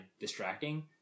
distracting